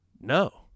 no